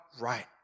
right